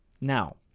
Now